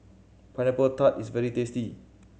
Pineapple Tart is very tasty